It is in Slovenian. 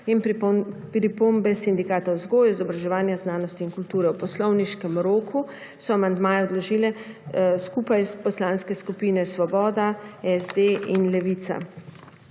in pripombe Sindikata vzgoje, izobraževanja, znanost in kulture. V poslovniškem roku so amandmaje vložile skupaj poslanske skupine Svoboda, SD in Levica.